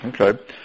Okay